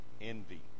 envy